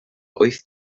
wyth